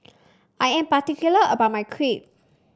I am particular about my Crepe